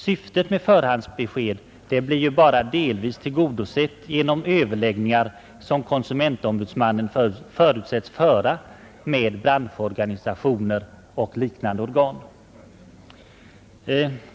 Syftet med förhandsbeskedet blir bara delvis tillgodosett genom de överläggningar som konsumentombudsmannen förutsättes föra med branschorganisationer och liknande organ.